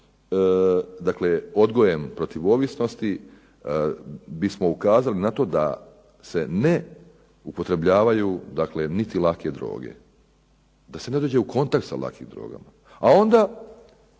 dakle odgojem protiv ovisnosti bismo ukazali nato da se ne upotrebljavaju niti lake droge. Da se ne dođe u kontakt sa lakim drogama. A onda